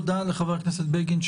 תודה לחבר הכנסת בגין,